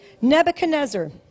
Nebuchadnezzar